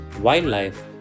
wildlife